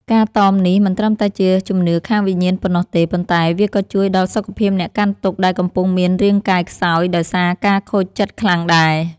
ការតមនេះមិនត្រឹមតែជាជំនឿខាងវិញ្ញាណប៉ុណ្ណោះទេ ប៉ុន្តែវាក៏ជួយដល់សុខភាពអ្នកកាន់ទុក្ខដែលកំពុងមានរាងកាយខ្សោយដោយសារការខូចចិត្តខ្លាំងដែរ។